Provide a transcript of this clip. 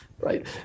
Right